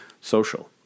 social